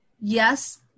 yes